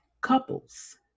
couples